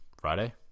friday